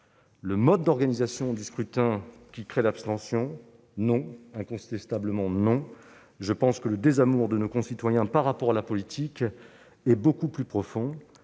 le mode d'organisation du scrutin qui crée l'abstention ? Non, incontestablement non ! Je pense que le désamour de nos concitoyens à l'égard de la politique est beaucoup plus profond.